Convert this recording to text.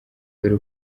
dore